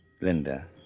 Linda